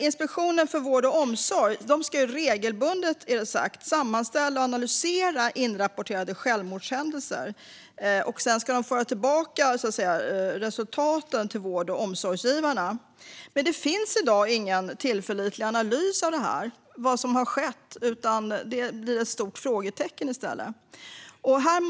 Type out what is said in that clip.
Inspektionen för vård och omsorg ska regelbundet sammanställa och analysera inrapporterade självmordshändelser och sedan föra tillbaka resultaten till vård och omsorgsgivarna. Men i dag finns det ingen tillförlitlig analys av vad som har skett, utan det är i stället ett stort frågetecken.